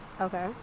Okay